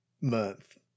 month